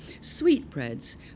sweetbreads